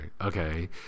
Okay